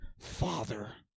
father